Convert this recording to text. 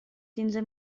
quinze